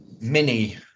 Mini